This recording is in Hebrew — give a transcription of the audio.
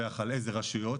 לדווח על איזה רשויות,